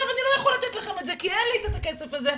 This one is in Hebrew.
אני לא יכול לתת לכם כי אין לי את הכסף הזה,